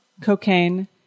Cocaine